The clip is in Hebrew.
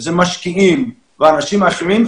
זה משקיעים ואנשים אחרים,